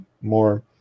more